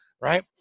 right